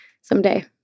someday